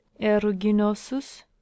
Eruginosus